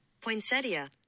Poinsettia